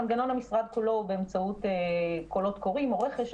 מנגנון המשרד כולו הוא באמצעות קולות קוראים או רכש,